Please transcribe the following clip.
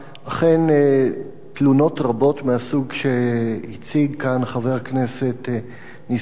תלונות רבות מהסוג שהציג כאן חבר הכנסת נסים זאב,